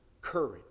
courage